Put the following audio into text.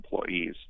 employees